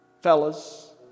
fellas